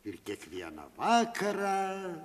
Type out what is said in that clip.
ir kiekvieną vakarą